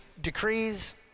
decrees